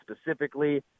specifically